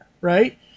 right